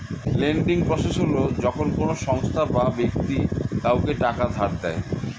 lending process হল যখন কোনো সংস্থা বা ব্যক্তি কাউকে টাকা ধার দেয়